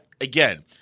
again